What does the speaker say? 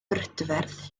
brydferth